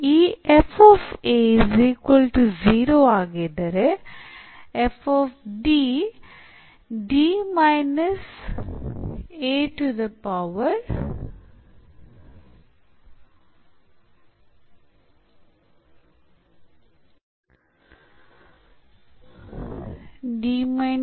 ಈ FA 0 ಆಗಿದ್ದರೆ ಈ ಎಂಬ ಅಂಶವನ್ನು ಹೊಂದಿರಬೇಕು ಎಂದು ನಾವು ತಿಳಿದುಕೊಂಡಿದ್ದೇವೆ ಏಕೆಂದರೆ ಇಲ್ಲಿ ನಾವು ಈ f a 0 ಕ್ಕೆ ಸಮಾನವಾಗಿದೆ ಎಂದು ಪಡೆಯಲು ಅದು ಕಾರಣ